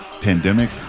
pandemic